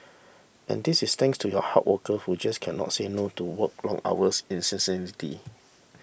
and this is thanks to you hard worker who just cannot say no to working long hours incessantly